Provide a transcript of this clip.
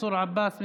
מנסור עבאס,